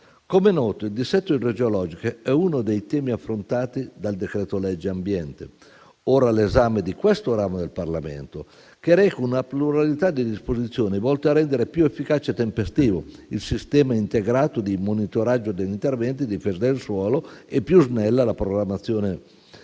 Come è noto, il dissesto idrogeologico è uno dei temi affrontati dal decreto-legge ambiente - ora all'esame di questo ramo del Parlamento - che reca una pluralità di disposizioni volte a rendere più efficace e tempestivo il sistema integrato di monitoraggio degli interventi di difesa del suolo e più snella la programmazione